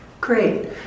Great